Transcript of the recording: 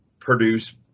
produce